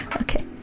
Okay